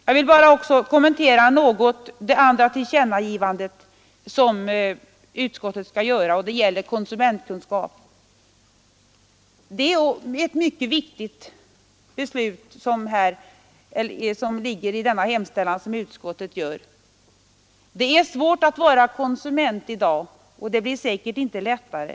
Jag vill också något kommentera det andra tillkännagivandet som utskottet vill göra och som gäller konsumentkunskap. Det är en mycket viktig hemställan som utskottet gör. Det är svårt att vara konsument i dag, och det blir säkert inte lättare.